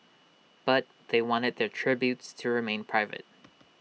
but they wanted their tributes to remain private